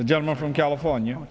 the gentleman from california